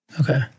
Okay